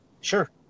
sure